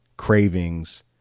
cravings